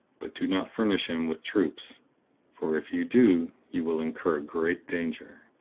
but do not furnish him with troops for if you do, you will incur great danger.